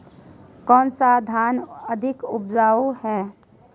कौन सा धान अधिक उपजाऊ है?